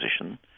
position